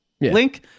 link